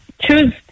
choose